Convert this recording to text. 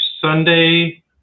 Sunday